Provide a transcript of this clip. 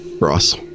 Ross